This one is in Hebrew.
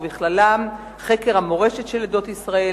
ובכללן חקר המורשת של עדות ישראל,